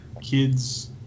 kids